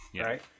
Right